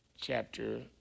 chapter